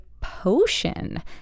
POTION